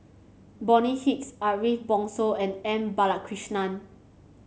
Bonny Hicks Ariff Bongso and M Balakrishnan